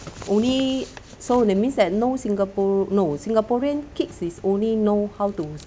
only so that means that no singapore no singaporean kids is only know how to